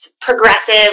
progressive